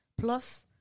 plus